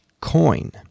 coin